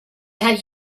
had